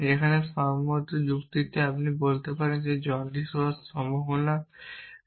যেখানে সম্ভাব্য যুক্তিতে যদি আপনি বলেন যে তার জন্ডিস হওয়ার সম্ভাবনা 07